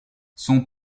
son